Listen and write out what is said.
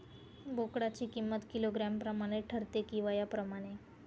बोकडाची किंमत किलोग्रॅम प्रमाणे ठरते कि वयाप्रमाणे?